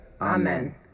amen